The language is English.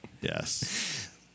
Yes